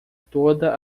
toda